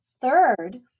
Third